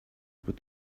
put